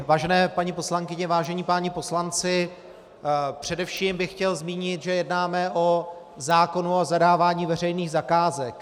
Vážené paní poslankyně, vážení páni poslanci, především bych chtěl zmínit, že jednáme o zákonu o zadávání veřejných zakázek.